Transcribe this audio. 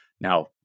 Now